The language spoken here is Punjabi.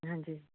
ਹਾਂਜੀ